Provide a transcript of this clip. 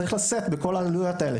צריך לשאת בכל העלויות האלה,